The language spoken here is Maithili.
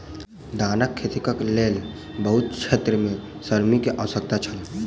धानक खेतीक लेल बहुत क्षेत्र में श्रमिक के आवश्यकता छल